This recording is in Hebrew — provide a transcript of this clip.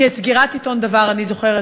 כי את סגירת עיתון "דבר" אני זוכרת,